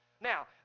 Now